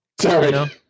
Sorry